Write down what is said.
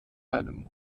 einem